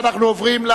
63